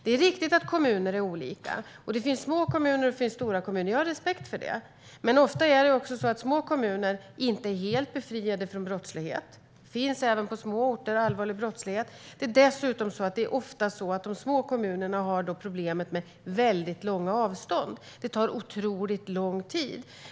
Det är riktigt att kommuner är olika. Det finns små kommuner, och det finns stora kommuner. Jag har respekt för det. Men ofta är det så att små kommuner inte är helt befriade från brottslighet. Det finns allvarlig brottslighet även på små orter. De små kommunerna har dessutom ofta problemet med väldigt långa avstånd. Det tar otroligt lång tid.